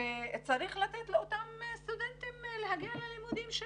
צריך לתת לאותם סטודנטים להגיע ללימודים.